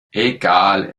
egal